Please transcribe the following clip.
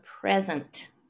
present